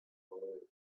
norway